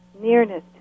Nearness